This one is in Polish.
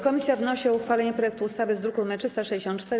Komisja wnosi o uchwalenie projektu ustawy z druku nr 364.